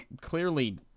clearly